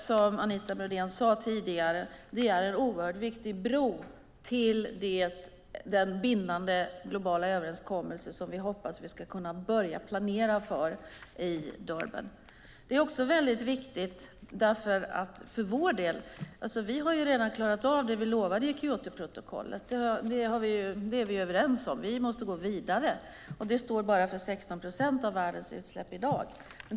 Som Anita Brodén sade är det en oerhört viktig bro till den bindande globala överenskommelse som vi hoppas kunna börja planera för i Durban. Det är också väldigt viktigt för vår del. Vi har ju redan klarat av det vi lovade i Kyotoprotokollet. Det är vi överens om. Vi måste gå vidare. Det står för bara 16 procent av världens utsläpp i dag.